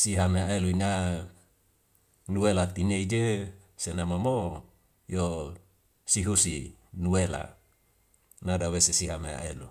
si hama elu ina nuela tine ige senama mo yo si husi nuela nada wese sihame elu.